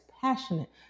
passionate